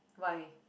why